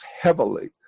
heavily